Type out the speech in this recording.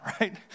right